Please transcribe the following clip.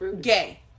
gay